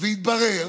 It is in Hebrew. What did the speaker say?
התברר